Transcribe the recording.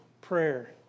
prayer